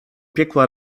piekła